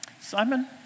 Simon